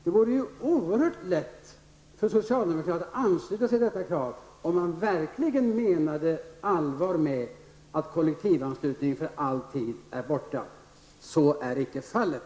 Det vore ju oerhört lätt för socialdemokraterna att ansluta sig till detta krav om de verkligen menade allvar när det gäller detta med att kollektivanslutningen för all tid är borta. Men, fru talman, så är icke fallet!